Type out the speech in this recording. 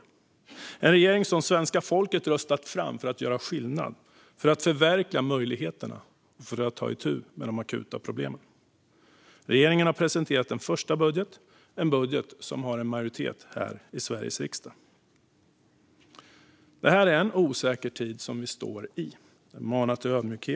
Det är en regering som svenska folket röstat fram för att göra skillnad, för att förverkliga möjligheterna och för att ta itu med de akuta problemen. Regeringen har presenterat den första budgeten, en budget som har en majoritet här i Sveriges riksdag. Det är en osäker tid som vi står i. Det manar till ödmjukhet.